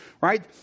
right